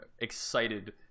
excited